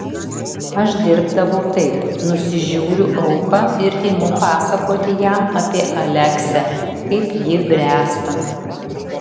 aš dirbdavau taip nusižiūriu auką ir imu pasakoti jam apie aleksę kaip ji bręsta